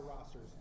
rosters